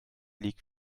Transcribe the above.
league